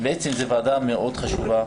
בעצם, זו ועדה מאוד חשובה.